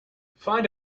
find